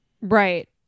Right